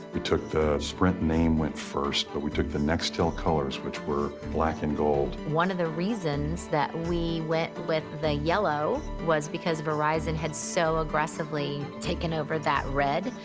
we took the sprint name went first, but we took the nextel colors which were black and gold. one of the reasons that we went with the yellow was because verizon had so aggressively taken over that red.